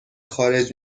خارج